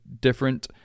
different